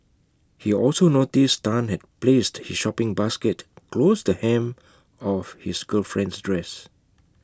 he also noticed Tan had placed his shopping basket close the hem of his girlfriend's dress